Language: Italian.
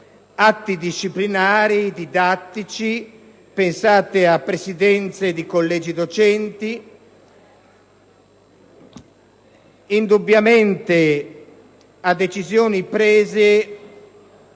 atti disciplinari e didattici - pensate a presidenze di collegi docenti - e a decisioni prese